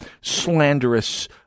slanderous